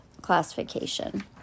classification